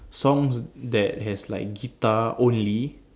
song that have like guitar only